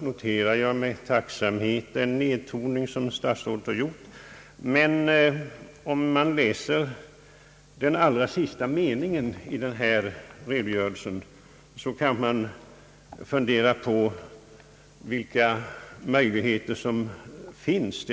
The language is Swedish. noterar jag med tacksamhet den nedtoning som herr statsrådet har gjort. Men om vi läser den allra sista meningen i denna redogörelse måste vi fundera över vilka möjligheter som här finns.